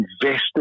invested